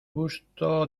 gusto